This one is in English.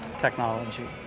technology